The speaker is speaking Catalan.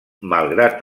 malgrat